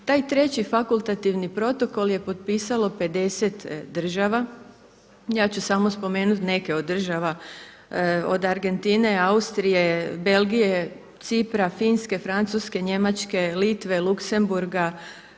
Taj treći fakultativni protokol je potpisalo 50 država, ja ću samo spomenuti neke od države od Argentine, Austrije, Belgije, Cipra, Finske, Francuske, Njemačke, Litve, Luksemburga,